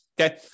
Okay